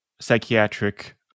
psychiatric